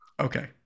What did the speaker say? Okay